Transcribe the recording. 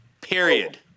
period